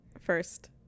first